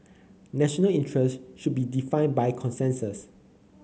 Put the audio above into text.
national interest should be defined by consensus